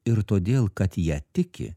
ir todėl kad ja tiki